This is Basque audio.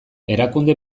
erakunde